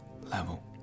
level